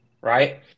right